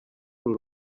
uru